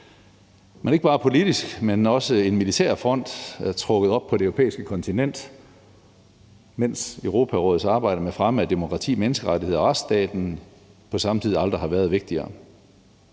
Ikke bare en politisk, men også en militær front er trukket op på det europæiske kontinent, mens Europarådets arbejde med fremme af demokrati, menneskerettigheder og retsstaten på samme tid aldrig har været vigtigere.